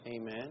Amen